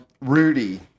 Rudy